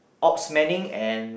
ops manning and